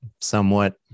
somewhat